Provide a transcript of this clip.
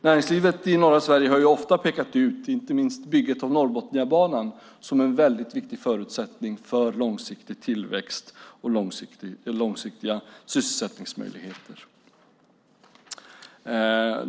Näringslivet i norra Sverige har ofta pekats ut, inte minst bygget av Norrbotniabanan, som en väldigt viktig förutsättning för långsiktig tillväxt och långsiktiga sysselsättningsmöjligheter.